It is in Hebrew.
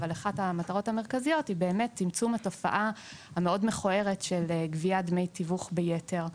היא צמצום התופעה המאוד מכוערת של גביית דמי תיווך ביתר.